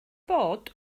bod